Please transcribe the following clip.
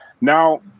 Now